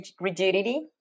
rigidity